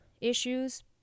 issues